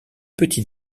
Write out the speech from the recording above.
petit